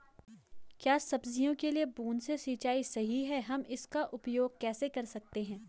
क्या सब्जियों के लिए बूँद से सिंचाई सही है हम इसका उपयोग कैसे कर सकते हैं?